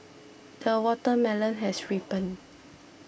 the watermelon has ripened